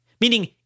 Meaning